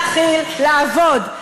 להתחיל לעבוד?